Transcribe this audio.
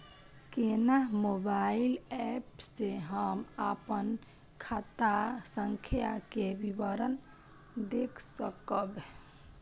केना mobile app से हम अपन खाता संख्या के विवरण देख सकब?